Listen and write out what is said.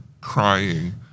crying